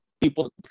people